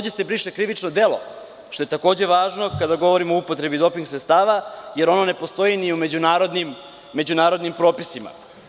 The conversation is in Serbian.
Briše se i krivično delo, što je takođe važno, kada govorimo o upotrebi doping sredstava, jer ona ne postoji ni u međunarodnim propisima.